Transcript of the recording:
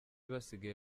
basigaye